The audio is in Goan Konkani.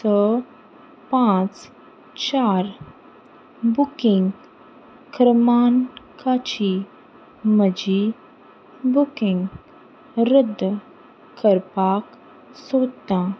स पांच चार बुकींग क्रमांकाची म्हजी बुकींग रद्द करपाक सोदतां